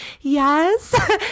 yes